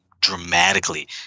dramatically